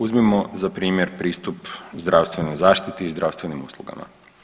Uzmimo za primjer pristup zdravstvenoj zaštiti i zdravstvenim uslugama.